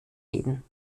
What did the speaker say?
reden